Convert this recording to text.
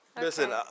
Listen